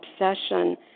obsession